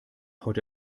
heute